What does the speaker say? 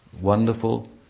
wonderful